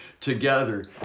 together